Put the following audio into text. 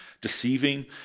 deceiving